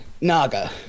naga